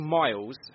miles